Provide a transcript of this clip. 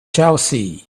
chelsea